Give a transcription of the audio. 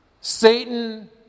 Satan